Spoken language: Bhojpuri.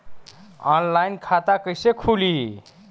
ऑनलाइन खाता कइसे खुली?